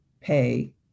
pay